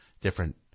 Different